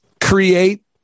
create